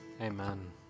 Amen